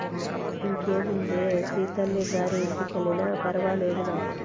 ఇంకేముందే సీతల్లి గారి ఇంటికెల్లినా ఫర్వాలేదు నాకు